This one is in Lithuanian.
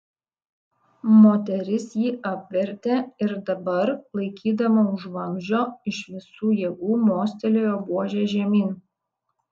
moteris jį apvertė ir dabar laikydama už vamzdžio iš visų jėgų mostelėjo buože žemyn